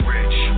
Rich